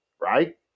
right